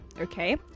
okay